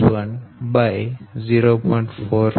453 0